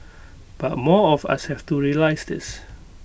but more of us have to realise this